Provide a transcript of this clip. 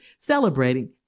celebrating